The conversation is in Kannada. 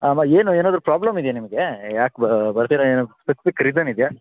ಆಮೇಲ್ ಏನು ಏನಾದರು ಪ್ರಾಬ್ಲಮ್ ಇದೆಯಾ ನಿಮಗೆ ಯಾಕೆ ಬರ್ತಿಲ್ಲ ಏನು ಸ್ಪೆಸಿಫಿಕ್ ರೀಸನ್ ಇದೆಯಾ